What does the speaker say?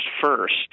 first